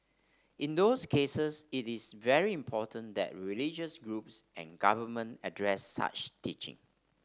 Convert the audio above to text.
in those cases it is very important that religious groups and government address such teaching